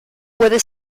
puede